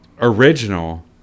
original